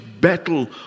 battle